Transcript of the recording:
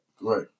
right